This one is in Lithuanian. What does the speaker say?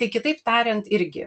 tai kitaip tariant irgi